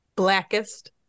blackest